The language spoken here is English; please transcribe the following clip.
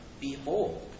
Behold